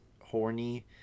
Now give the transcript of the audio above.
horny